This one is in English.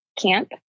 camp